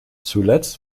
zuletzt